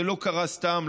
זה לא קרה סתם.